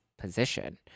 position